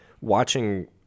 watching